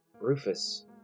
Rufus